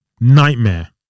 Nightmare